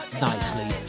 nicely